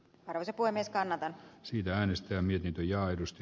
arvoisa puhemies kannata siitä äänestää miten linjaa edusti